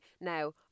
Now